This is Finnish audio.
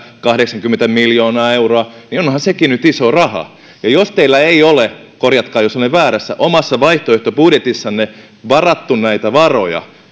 kahdeksankymmentä miljoonaa euroa niin onhan sekin nyt iso raha ja jos teillä ei ole korjatkaa jos olen väärässä omassa vaihtoehtobudjetissanne varattu näitä varoja